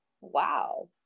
wow